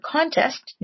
Contest